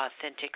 authentic